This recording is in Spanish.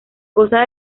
goza